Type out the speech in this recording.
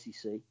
SEC